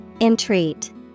Entreat